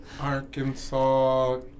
Arkansas